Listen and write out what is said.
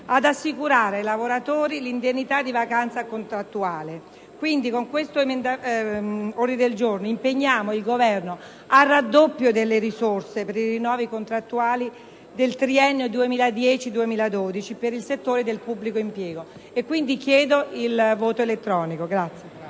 ad assicurare ai lavoratori l'indennità di vacanza contrattuale. Quindi, con l'ordine del giorno G2.146 impegniamo il Governo al raddoppio delle risorse per i rinnovi contrattuali del triennio 2010-2012 per il settore del pubblico impiego. Chiedo la votazione nominale